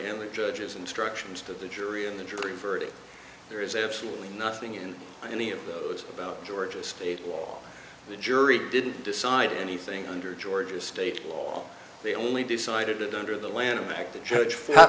in the judge's instructions to the jury and the jury verdict there is absolutely nothing in any of those about georgia state law the jury didn't decide anything under georgia state law they only decided that under the lanham act the judge